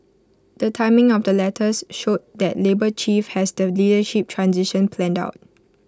the timing of the letters showed that labour chief has the leadership transition planned out